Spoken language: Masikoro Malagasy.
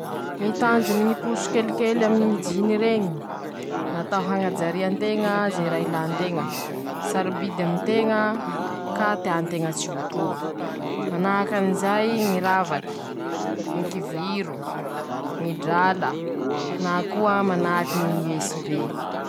Ñy tanjony ñy poso kelikely aminy ñy jiny reñy :-Natao hañajarian-teña ze raha ilan-teña, sarobidy amin-teña ka tean-teña tsy ho trobo, manahaky anizay ñy ravaky, ñy kiviro, ñy drala na koa manahaky ñy USB.